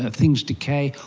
ah things decay,